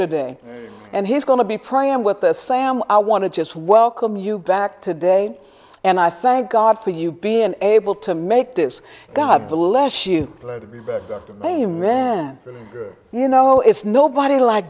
today and he's going to be priam with this sam i want to just welcome you back today and i thank god for you being able to make this god the less you let a man you know it's nobody like